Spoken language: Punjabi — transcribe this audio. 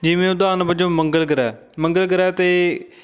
ਜਿਵੇਂ ਉਦਾਹਰਨ ਵਜੋਂ ਮੰਗਲ ਗ੍ਰਹਿ ਮੰਗਲ ਗ੍ਰਹਿ 'ਤੇ